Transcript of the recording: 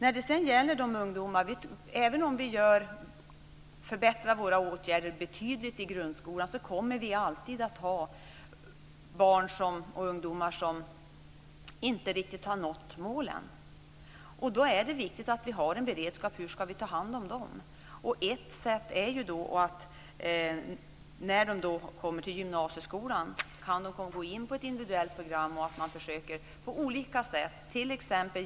Även om vi betydligt förbättrar våra åtgärder i grundskolan kommer det alltid att finnas barn och ungdomar som inte riktigt har nått målen. Då är det viktigt att vi har en beredskap för hur vi ska ta hand om dessa barn och ungdomar. Ett sätt är att de när de kommer till gymnasieskolan kan gå in på ett individuellt program. På olika sätt försöker man hjälpa barnen.